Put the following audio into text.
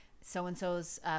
so-and-so's